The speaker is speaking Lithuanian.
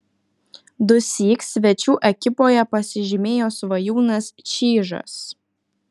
dusyk svečių ekipoje pasižymėjo svajūnas čyžas